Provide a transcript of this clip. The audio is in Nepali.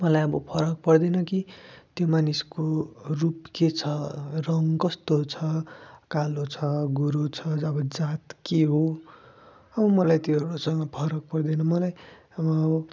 मलाई अब फरक पर्दैन कि त्यो मानिसको रूप के छ रङ कस्तो छ कालो छ गोरो छ अब जात के हो अब मलाई त्योहरूसँग फरक पर्दैन मलाई अब